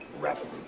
rapidly